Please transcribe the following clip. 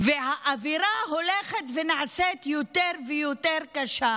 והאווירה הולכת ונעשית יותר ויותר קשה